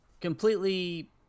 completely